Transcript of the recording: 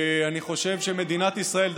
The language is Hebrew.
אני חושב שמדינת ישראל,